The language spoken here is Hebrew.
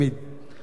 אהלן וסהלן.